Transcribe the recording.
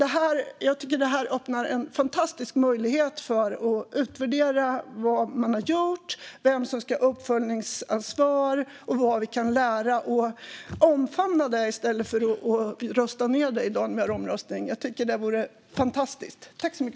Jag tycker att det här öppnar en fantastisk möjlighet för att utvärdera vad man har gjort, vem som ska ha uppföljningsansvar och vad vi kan lära och omfamna det i stället för att rösta ned det i dag i omröstningen. Jag tycker att det vore fantastiskt.